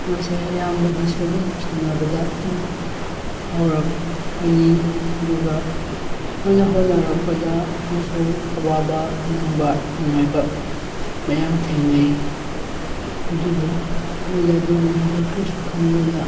ꯃꯣꯏꯁꯦ ꯑꯌꯥꯝꯕꯗꯁꯨ ꯑꯗꯨꯝ ꯁꯥꯟꯅꯕꯗ ꯑꯗꯨꯝ ꯐꯥꯎꯔꯛꯄꯅꯤ ꯑꯗꯨꯒ ꯃꯣꯏꯅ ꯍꯣꯠꯅꯔꯛꯄꯗ ꯃꯣꯏꯁꯨ ꯑꯋꯥꯕ ꯅꯪꯕ ꯅꯨꯡꯉꯥꯏꯕ ꯃꯌꯥꯝ ꯊꯦꯡꯅꯩ ꯑꯗꯨꯕꯨ ꯃꯣꯏꯅ ꯑꯗꯨꯒꯨꯝꯕꯗꯣ ꯀꯔꯤꯁꯨ ꯈꯟꯗꯅ